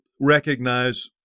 recognize